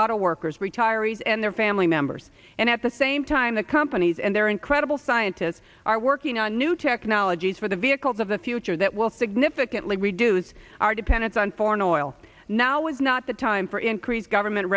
auto workers retirees and their family members and at the same time the companies and their incredible scientists are working on new technologies for the vehicles of the future that will significantly reduce our dependence on foreign oil now is not the time for increased government